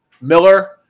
Miller